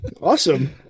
Awesome